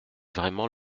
vraiment